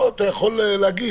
פה אתה יכול להגיד,